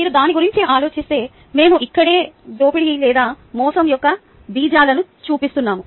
మీరు దాని గురించి ఆలోచిస్తే మేము ఇక్కడే దోపిడీ లేదా మోసం యొక్క బీజాలను చూపిస్తున్నాము